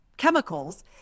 chemicals